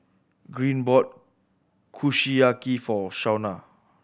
Green bought Kushiyaki for Shauna